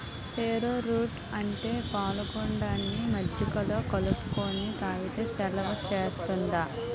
ఏరో route అంటే పాలగుండని మజ్జిగలో కలుపుకొని తాగితే సలవ సేత్తాది